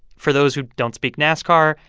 for those who don't speak nascar,